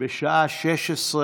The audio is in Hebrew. בשעה 16:00.